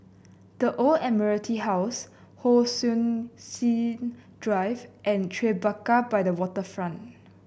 The Old Admiralty House Hon Sui Sen Drive and Tribeca by the Waterfront